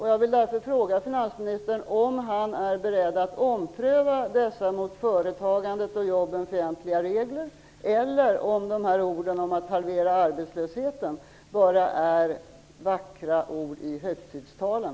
Jag vill fråga finansministern om han är beredd att ompröva dessa mot företagandet och jobben fientliga regler eller om utfästelserna om att halvera arbetslösheten bara är vackra ord i högtidstalen.